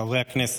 חברי הכנסת,